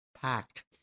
packed